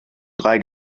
drei